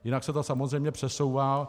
Jinak se to samozřejmě přesouvá.